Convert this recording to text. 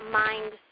mind